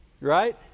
Right